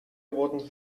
wurden